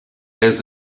elles